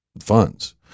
funds